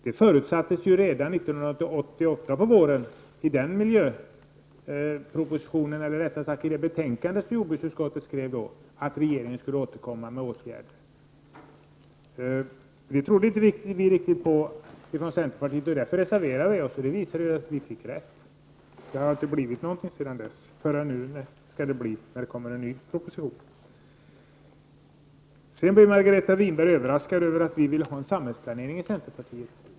Det förutsattes ju redan i jordbruksutskottets betänkande på våren 1988 att regeringen skulle återkomma med förslag till åtgärder. Från centerpartiet trodde vi inte riktigt på det. Därför reserverade vi oss. Och det visade sig ju att vi fick rätt. Det har inte hänt något sedan dess förrän nu då det skall läggas fram en ny proposition. Margareta Winberg blev överraskad över att vi i centerpartiet vill ha en samhällsplanering.